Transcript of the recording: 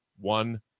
one